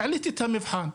את המבחן.